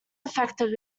infected